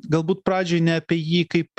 galbūt pradžioj ne apie jį kaip